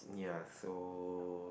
ya so